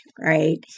Right